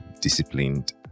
disciplined